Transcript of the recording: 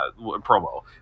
promo